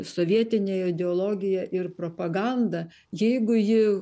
sovietinė ideologija ir propaganda jeigu ji